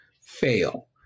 fail